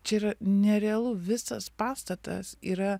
čia yra nerealu visas pastatas yra